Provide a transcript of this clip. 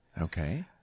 okay